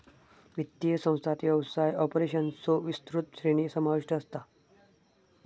वित्तीय संस्थांत व्यवसाय ऑपरेशन्सचो विस्तृत श्रेणी समाविष्ट असता